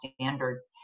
standards